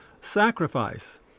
sacrifice